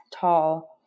tall